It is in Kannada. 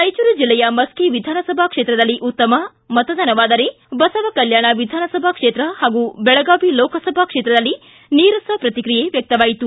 ರಾಯಚೂರು ಜಿಲ್ಲೆಯ ಮಸ್ಕಿ ವಿಧಾನಸಭಾ ಕ್ಷೇತ್ರದಲ್ಲಿ ಉತ್ತಮ ಮತದಾನವಾದರೆ ಬಸವಕಲ್ಯಾಣ ವಿಧಾನಸಭಾ ಕ್ಷೇತ್ರ ಹಾಗೂ ಬೆಳಗಾವಿ ಲೋಕಸಭಾ ಕ್ಷೇತ್ರದಲ್ಲಿ ನೀರಸ ಪ್ರತಿಕ್ರಿಯೆ ವ್ಯಕ್ತವಾಯಿತು